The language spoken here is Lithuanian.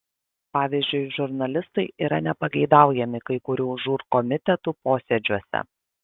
pavyzdžiui žurnalistai yra nepageidaujami kai kurių žūr komitetų posėdžiuose